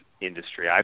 industry